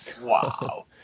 wow